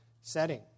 setting